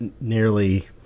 nearly